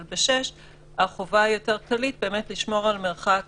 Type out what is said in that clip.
אבל ב-6 החובה היא יותר כללית לשמור על מרחק